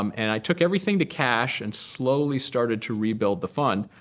um and i took everything to cash and slowly started to rebuild the fund.